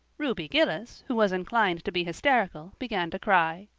ruby gillis, who was inclined to be hysterical, began to cry.